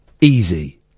easy